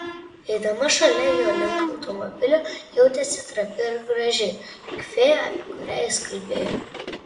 eidama šalia jo link automobilio jautėsi trapi ir graži lyg fėja apie kurią jis kalbėjo